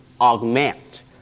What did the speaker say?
augment